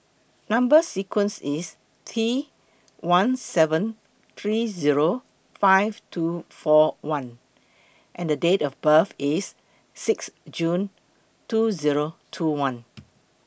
Number sequence IS T one seven three Zero five two four one and The Date of birth IS six June two Zero two one